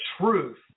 truth